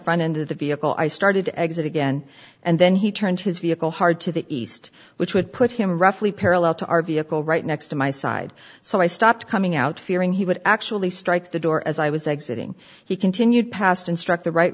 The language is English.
front end of the vehicle i started to exit again and then he turned his vehicle hard to the east which would put him roughly parallel to our vehicle right next to my side so i stopped coming out fearing he would actually strike the door as i was exiting he continued past and struck the right